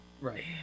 Right